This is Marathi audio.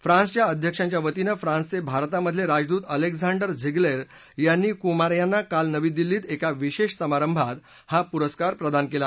फ्रान्सच्या अध्यक्षांच्या वतीनं फ्रान्सचे भारतामधले राजदूत अलेक्झांडर झिगलेर यांनी कुमार यांना काल नवी दिल्ली क्रें एका विशेष समारंभात हा पुरस्कार प्रदान केला